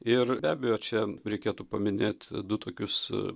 ir be abejo čia reikėtų paminėt du tokius